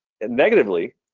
Negatively